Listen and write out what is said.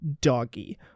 doggy